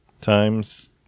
times